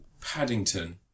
Paddington